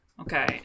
Okay